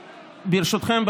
ברשותכם,